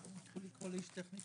מתוכנן גם לצאת מכתב משותף מביטוח